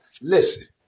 Listen